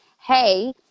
Hey